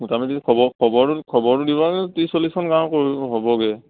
মোটামুটি খবৰ খবৰটো খবৰটো দিব ত্ৰিছ চল্লিছখন গাঁও হ'বগৈ